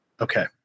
Okay